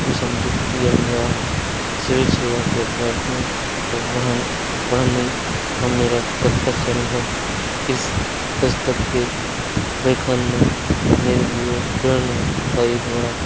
को सम्मिलित किया गया है सिविल सेवा के अभ्यार्थियों को बढ़ने पढ़ने का मेरा प्रत्यक्ष अनुभव इस पुस्तक के लेखन ने मेरे लिए प्रेरणा का एक बड़ा